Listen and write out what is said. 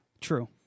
True